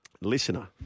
Listener